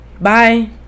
Bye